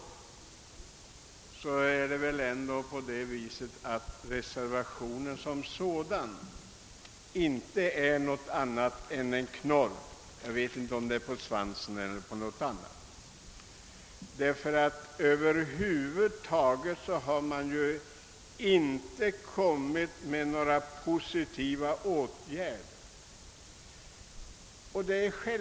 Man kan väl säga att reservationen som sådan inte är någonting annat än en knorr — jag vet inte om det är en knorr på svansen eller på något annat — eftersom reservanterna inte har föreslagit några positiva åtgärder.